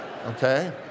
Okay